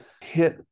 hit